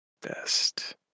best